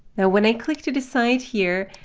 now when i click to the side here,